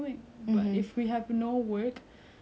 that's like a life of a retired person